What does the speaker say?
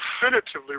Definitively